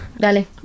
Dale